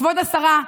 וכבוד השרה,